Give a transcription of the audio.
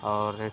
اور